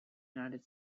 united